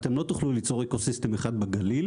אתם לא תוכלו ליצור אקוסיסטם אחד בגליל,